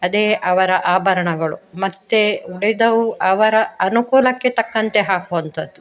ಅದೇ ಅವರ ಆಭರಣಗಳು ಮತ್ತೆ ಉಳಿದವು ಅವರ ಅನುಕೂಲಕ್ಕೆ ತಕ್ಕಂತೆ ಹಾಕುವಂಥದ್ದು